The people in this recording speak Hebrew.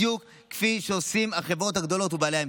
בדיוק כפי שעושים החברות הגדולות ובעלי האמצעים.